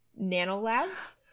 Nanolabs